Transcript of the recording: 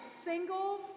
single